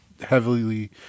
heavily